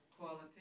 quality